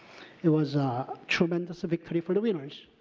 it was a tremendous victory for the winners,